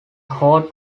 horde